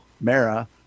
Mara